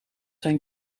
zijn